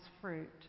fruit